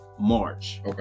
March